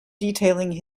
detailing